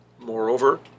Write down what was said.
Moreover